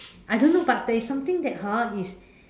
I don't know but there's something that hor is